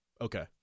Okay